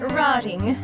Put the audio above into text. rotting